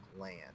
land